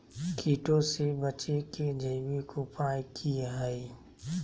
कीटों से बचे के जैविक उपाय की हैय?